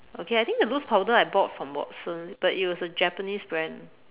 okay I think the loose powder I bought from Watsons but it was a Japanese brand